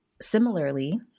similarly